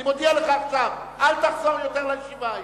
אני מודיע לך עכשיו: אל תחזור לישיבה היום.